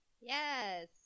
Yes